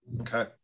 Okay